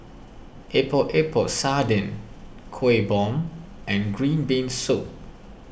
Epok Epok Sardin Kuih Bom and Green Bean Soup